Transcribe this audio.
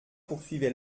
poursuivait